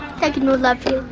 duncan would love you.